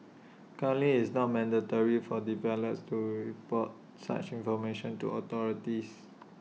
currently it's not mandatory for developers to report such information to authorities